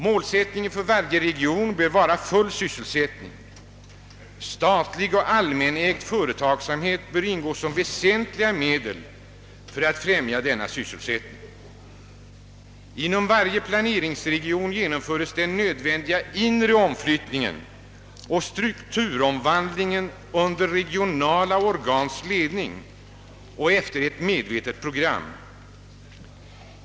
Målsättningen för varje region bör vara full sysselsättning. Statlig och allmänägd företagsamhet bör ingå som väsentliga medel för att främja denna sysselsättning. Inom varje planeringsregion genomföres den nödvändiga inre omflyttningen och strukturomvandlingen under regionala organs ledning och efter ett medvetet program.